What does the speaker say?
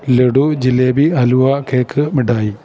ലഡു ജിലേബി അലുവ കേക്ക് മിഠായി